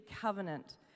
covenant